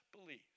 believes